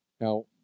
Now